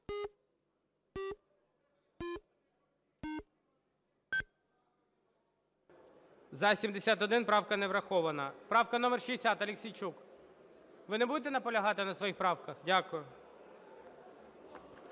За-71 Правка не врахована. Правка номер 60, Аліксійчук. Ви не будете наполягати на своїх правках? Дякую.